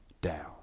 down